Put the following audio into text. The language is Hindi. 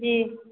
जी